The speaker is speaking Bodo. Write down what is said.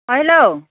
अह हेलौ